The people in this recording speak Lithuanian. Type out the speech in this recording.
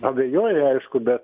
abejoja aišku bet